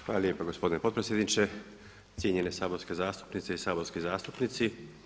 Hvala lijepo gospodine potpredsjedniče, cijenjene saborske zastupnice i saborski zastupnici.